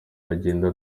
bagenda